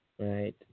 Right